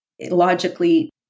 logically